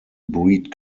breed